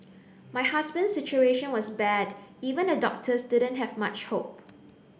my husband's situation was bad even the doctors didn't have much hope